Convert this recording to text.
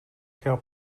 scale